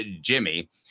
Jimmy